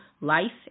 life